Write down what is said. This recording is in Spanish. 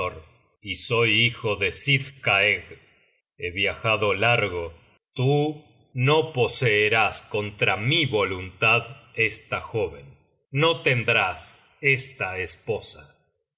y soy hijo de sidskaegg he viajado largo tú no poseerás contra mi voluntad esta jóven no tendrás esta esposa